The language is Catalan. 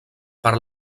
per